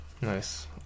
Nice